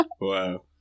Wow